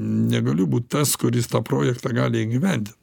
negaliu būt tas kuris tą projektą gali įgyvendint